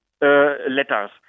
letters